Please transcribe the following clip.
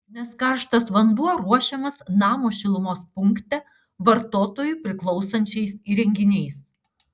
nes karštas vanduo ruošiamas namo šilumos punkte vartotojui priklausančiais įrenginiais